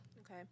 Okay